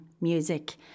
music